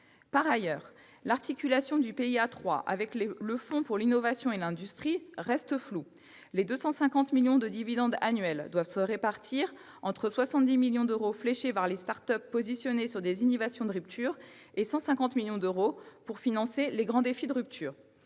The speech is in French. De surcroît, l'articulation du PIA 3 avec le fonds pour l'innovation et l'industrie reste floue. Les 250 millions d'euros de dividendes annuels doivent se répartir entre 70 millions d'euros fléchés vers les start-up spécialisées dans les innovations de rupture et 150 millions d'euros destinés au financement des « grands défis de rupture